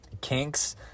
kinks